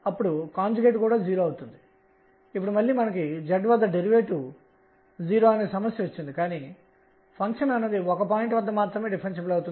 మరియు దీని అర్థం L యొక్క అన్ని అంశాలు నిత్యత్వం గా ఉంటాయి